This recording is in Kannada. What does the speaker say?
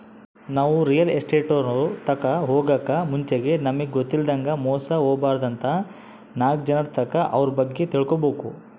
ನಾವು ರಿಯಲ್ ಎಸ್ಟೇಟ್ನೋರ್ ತಾಕ ಹೊಗಾಕ್ ಮುಂಚೆಗೆ ನಮಿಗ್ ಗೊತ್ತಿಲ್ಲದಂಗ ಮೋಸ ಹೊಬಾರ್ದಂತ ನಾಕ್ ಜನರ್ತಾಕ ಅವ್ರ ಬಗ್ಗೆ ತಿಳ್ಕಬಕು